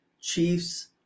Chiefs